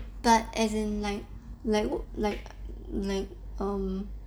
but as in like like like like um